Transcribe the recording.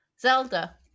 Zelda